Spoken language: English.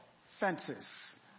Fences